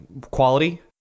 quality